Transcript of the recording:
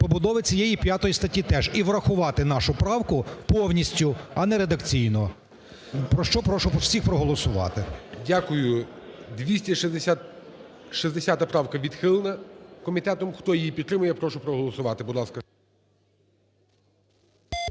побудови цієї 5 статті теж, і врахувати нашу правку повністю, а не редакційно, про що прошу всіх проголосувати. ГОЛОВУЮЧИЙ. Дякую. 260 правка відхилена комітетом. Хто її підтримує, я прошу проголосувати, будь ласка.